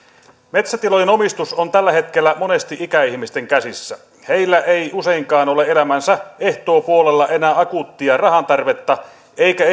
metsätilojen omistus on tällä hetkellä monesti ikäihmisten käsissä heillä ei useinkaan ole elämänsä ehtoopuolella enää akuuttia rahantarvetta eikä